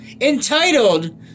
Entitled